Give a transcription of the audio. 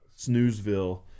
Snoozeville